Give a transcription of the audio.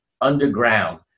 underground